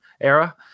era